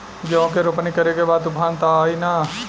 गेहूं के रोपनी करे के बा तूफान त ना आई न?